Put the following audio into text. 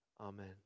Amen